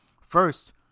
first